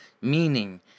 Meaning